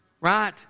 right